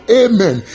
amen